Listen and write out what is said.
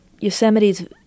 Yosemite's